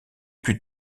plus